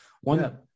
One